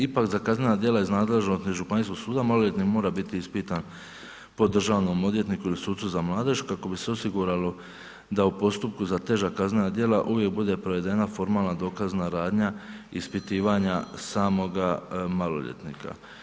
Ipak za kaznena djela iz nadležnosti županijskog suda maloljetnik mora biti ispitan po državnom odvjetniku ili sucu za mladež kako bi se osiguralo da u postupku za teža kaznena djela uvijek bude provedena formalna dokazna radnja ispitivanja samoga maloljetnika.